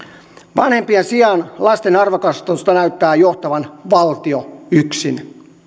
vanhempien sijaan lasten arvokasvatusta näyttää johtavan valtio yksin